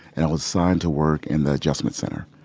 and i was assigned to work in the adjustment center.